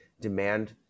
demand